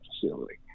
facility